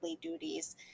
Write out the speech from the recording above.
duties